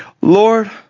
Lord